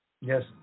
yes